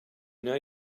know